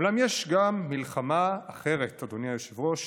אולם יש גם מלחמה אחרת, אדוני היושב-ראש,